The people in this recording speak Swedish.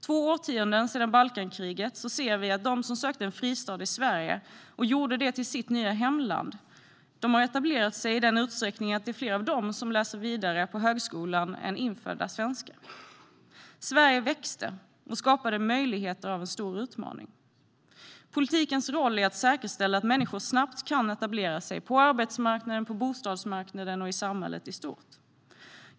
Två årtionden efter Balkankriget ser vi att de som sökte en fristad i Sverige och gjorde Sverige till sitt nya hemland har etablerat sig i den utsträckningen att fler av dem läser vidare på högskolan än infödda svenskar. Sverige växte och skapade möjligheter av en stor utmaning. Politikens roll är att säkerställa att människor snabbt kan etablera sig på arbetsmarknaden, på bostadsmarknaden och i samhället i stort.